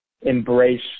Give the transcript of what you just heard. embrace